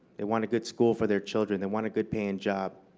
they want a good school for their children. they want a good-paying job.